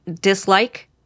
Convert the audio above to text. dislike